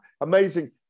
amazing